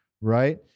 right